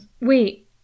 Wait